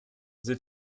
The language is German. the